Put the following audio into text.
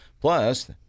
Plus